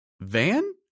Van